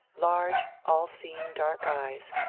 large all seeing dark eyes,